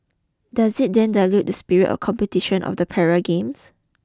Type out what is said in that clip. does it then dilute the spirit of competition of the Para Games